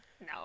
No